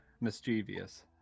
mischievous